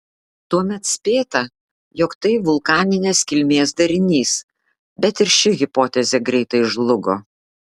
tuomet spėta jog tai vulkaninės kilmės darinys bet ir ši hipotezė greitai žlugo